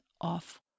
off